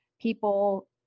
people